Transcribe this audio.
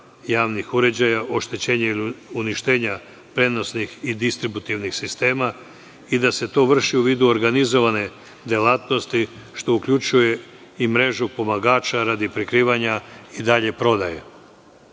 javnih uređaja, oštećenja ili uništenja prenosnih i distributivnih sistema i da se to vrši u vidu organizovane delatnosti, što uključuje i mrežu pomagača, radi prikrivanja i dalje prodaje. Javna